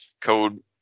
code